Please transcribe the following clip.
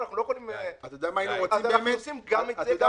אז אנחנו עושים גם את זה,